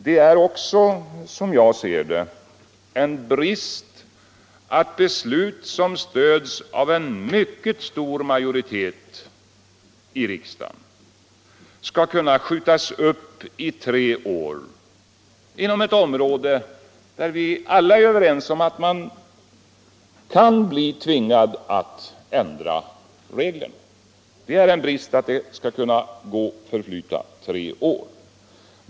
Det är också som jag ser det en brist att beslut som stöds av en mycket stor majoritet i riksdagen skall kunna skjutas upp i tre år inom ett område där vi alla är överens om att man kan bli tvingad att ändra regler.